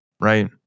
right